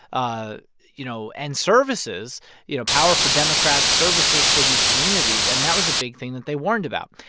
ah you know, and services you know, power for democrats, services for these communities. and that was a big thing that they warned about.